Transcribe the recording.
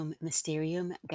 Mysterium